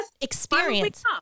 experience